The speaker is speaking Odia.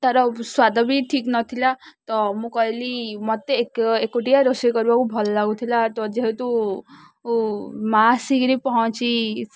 ତାର ସ୍ୱାଦ ବି ଠିକ ନ ଥିଲା ତ ମୁଁ କହିଲି ମୋତେ ଏକୁଟିଆ ରୋଷେଇ କରିବାକୁ ଭଲ ଲାଗୁଥିଲା ତ ଯେହେତୁ ମା' ଆସିକିରି ପହଞ୍ଚି